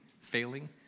failing